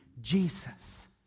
Jesus